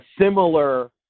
similar